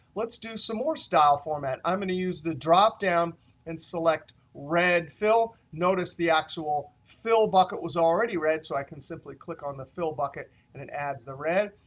let's do some more style format. i'm going to use the dropdown and select red fill. notice, the actual fill bucket was already red. so i can simply click on the fill bucket and it adds the red.